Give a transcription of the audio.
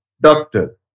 doctor